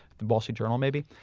the wall street journal maybe?